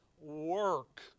work